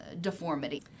deformity